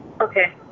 Okay